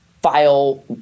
file